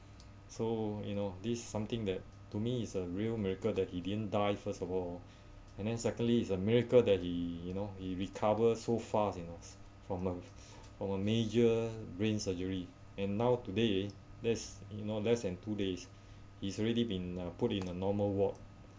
so you know this something that to me is a real miracle that he didn't die first of all and then secondly it's a miracle that he you know he recover so fast you know from a from a major brain surgery and now today there's no less than two days he's already been uh put in a normal ward